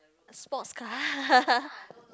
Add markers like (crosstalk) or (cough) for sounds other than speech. a sports car (laughs)